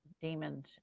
demons